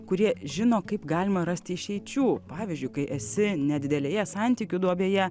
kurie žino kaip galima rasti išeičių pavyzdžiui kai esi nedidelėje santykių duobėje